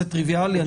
זה טריוויאלי.